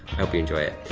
hope you enjoy it.